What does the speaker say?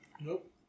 Nope